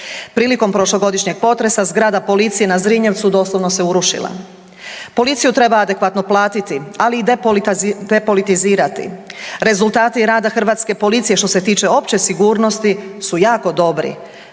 Prilikom prošlogodišnjeg potresa zgrada policije na Zrinjevcu doslovno se urušila. Policiju treba adekvatno platiti, ali i depolitizirati. Rezultati rada hrvatske policije što se tiče opće sigurnosti su jako dobri.